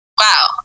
Wow